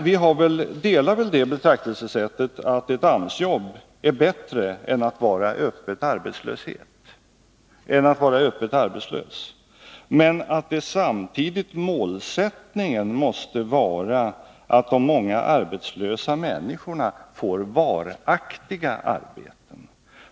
Vi delar väl det betraktelsesättet att ett AMS-jobb är bättre än att vara öppet arbetslös, men att målsättningen samtidigt måste vara att de många arbetslösa människorna får varaktiga arbeten.